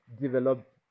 develop